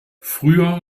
früher